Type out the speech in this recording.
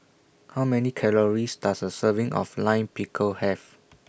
How Many Calories Does A Serving of Lime Pickle Have